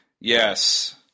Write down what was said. Yes